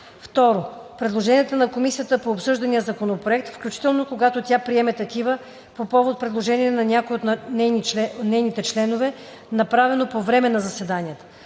2. предложенията на комисията по обсъждания законопроект, включително когато тя приеме такива по повод предложение на някои от нейните членове, направено по време на заседанията;